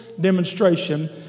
demonstration